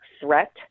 threat